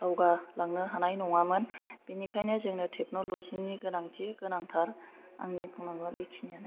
दावगा लांनो हानाय नङामोन बिनिखायनो जोंनो टेक्नल'जि नि गोनांथि गोनांथार आंनि बुंनांगौवा बेखिनियानो